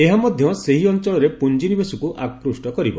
ଏହା ମଧ୍ୟ ସେହି ଅଞ୍ଚଳରେ ପୁଞ୍ଜିନିବେଶକୁ ଆକ୍ତିଷ୍ଟ କରିବ